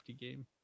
game